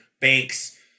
banks